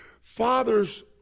Fathers